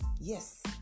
yes